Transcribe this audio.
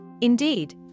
Indeed